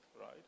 Right